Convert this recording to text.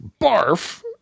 barf